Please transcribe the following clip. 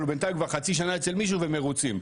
אבל בינתיים הוא כבר חצי שנה אצל מישהו והם מרוצים.